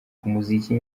umuziki